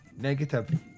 negative